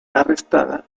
arrestada